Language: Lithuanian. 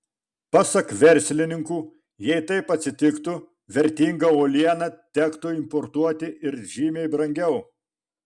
pasak verslininkų jei taip atsitiktų vertingą uolieną tektų importuoti ir žymiai brangiau